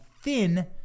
thin